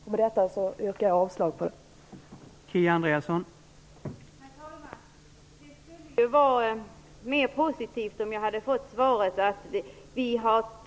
Med detta yrkar jag avslag på motionen.